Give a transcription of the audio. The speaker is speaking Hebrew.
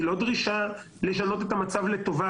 היא לא דרישה לשנות את המצב לטובה,